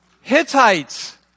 Hittites